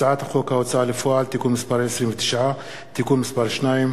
הצעת חוק ההוצאה לפועל (תיקון מס' 29) (תיקון מס' 2),